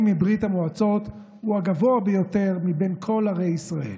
מברית המועצות הוא הגבוה ביותר מבין כל ערי ישראל.